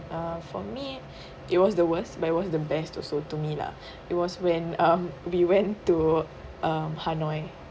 uh for me it was the worst but it was the best also to me lah it was when um we went to um hanoi